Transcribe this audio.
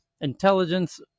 intelligence